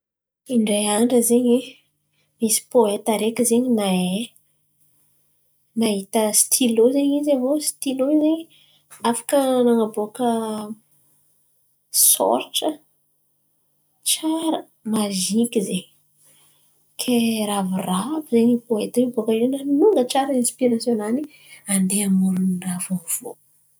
Dray andra zen̈y nisy poeta areky zen̈y nahay nahita stilô zen̈y izy. Avô stilô zen̈y afaka nan̈aboaka soratra, tsara maziky izen̈y. Ke rahavoravo zen̈y poeta io baka io manonga tsara inspirasion nany andeha amoron̈o draha vôvô.